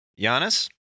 Giannis